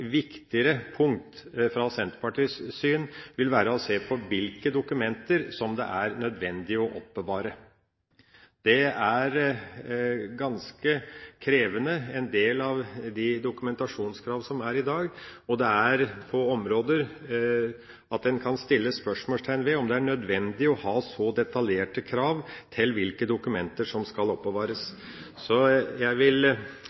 viktigere punkt vil etter Senterpartiets syn være å se på hvilke dokumenter som det er nødvendig å oppbevare. En del av de dokumentasjonskravene som er i dag, er ganske krevende, og det er områder hvor en kan stille spørsmål ved om det er nødvendig å ha så detaljerte krav til hvilke dokumenter som skal oppbevares. Jeg vil